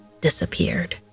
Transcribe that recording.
disappeared